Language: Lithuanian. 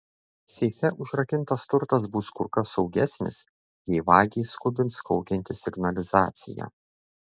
seife užrakintas turtas bus kur kas saugesnis jei vagį skubins kaukianti signalizacija